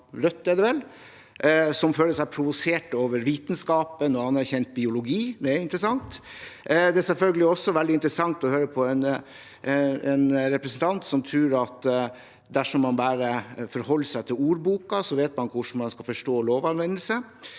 som føler seg provosert over vitenskap og anerkjent biologi – det er interessant. Det er selvfølgelig også veldig interessant å høre på en representant som tror at dersom man bare forholder seg til ordboken, så vet man hvordan man skal forstå lovanvendelsen.